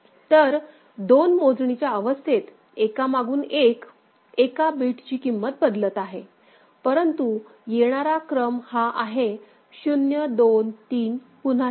तर दोन मोजणीच्या अवस्थेत एकामागून एक एका बिट ची किंमत बदलत आहे परंतु येणारा क्रम हा आहे 0 2 3 पुन्हा 0